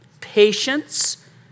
patience